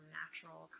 natural